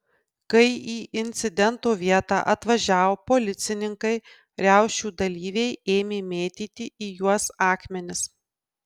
kai į incidento vietą atvažiavo policininkai riaušių dalyviai ėmė mėtyti į juos akmenis